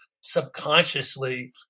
subconsciously